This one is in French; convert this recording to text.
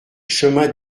chemin